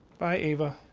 bye, ava.